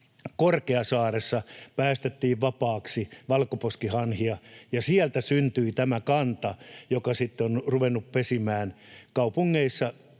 Korkeasaaressa päästettiin vapaaksi valkoposkihanhia ja sieltä syntyi tämä kanta, joka sitten on ruvennut pesimään kaupungeissa